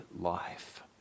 life